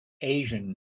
Asian